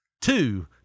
Two